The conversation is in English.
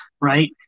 right